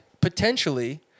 potentially